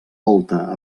volta